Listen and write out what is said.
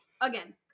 again